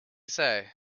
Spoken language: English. say